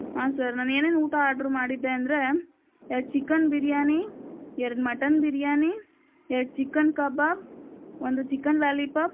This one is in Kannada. ಹಾಂ ಸರ್ ನಾನು ಏನೇನು ಊಟ ಆರ್ಡರ್ ಮಾಡಿದ್ದೆ ಅಂದರೆ ಎರಡು ಚಿಕನ್ ಬಿರ್ಯಾನಿ ಎರಡು ಮಟನ್ ಬಿರ್ಯಾನಿ ಎರಡು ಚಿಕನ್ ಕಬಾಬ್ ಒಂದು ಚಿಕನ್ ಲಾಲಿಪಾಪ್